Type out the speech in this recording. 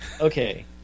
okay